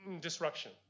disruption